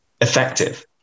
effective